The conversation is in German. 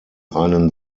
einen